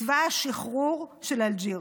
צבא השחרור של אלג'יר.